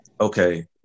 Okay